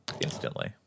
instantly